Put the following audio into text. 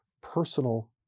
personal